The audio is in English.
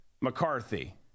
McCarthy